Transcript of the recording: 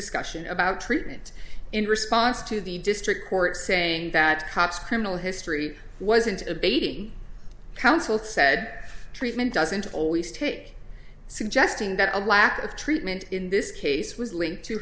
discussion about treatment in response to the district court saying that cop's criminal history wasn't abating counsel said treatment doesn't always take suggesting that a lack of treatment in this case was linked to